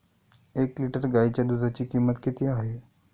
एक लिटर गाईच्या दुधाची किंमत किती आहे?